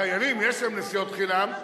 חיילים, יש להם נסיעות חינם,